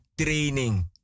training